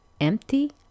empty